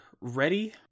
ready